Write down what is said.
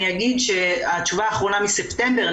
אני אגיד שבתשובה האחרונה מספטמבר,